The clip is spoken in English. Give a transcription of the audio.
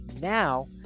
Now